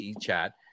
chat